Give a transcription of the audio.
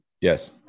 Yes